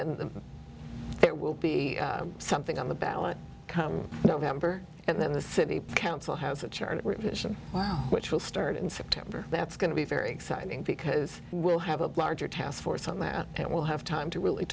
then there will be something on the ballot come november and then the city council has a church which will start in september that's going to be very exciting because we'll have a larger task force on that and will have time to really